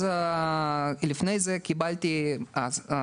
לפני זה קיבלתי מספר